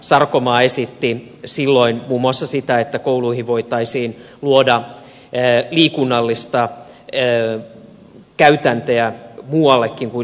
sarkomaa esitti silloin muun muassa sitä että kouluihin voitaisiin luoda liikunnallisia käytäntöjä muuallekin kuin liikuntatunneille